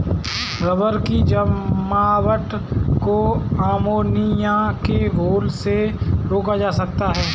rubber की जमावट को अमोनिया के घोल से रोका जा सकता है